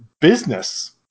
business